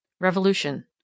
Revolution